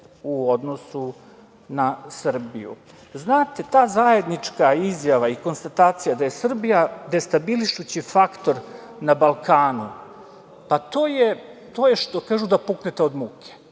u odnosu na Srbiju. Znate, ta zajednička izjava i konstatacija da je Srbija destabilišući faktor na Balkanu, pa to je, što kažu, da puknete od muke.